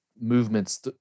movements